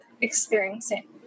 experiencing